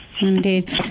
Indeed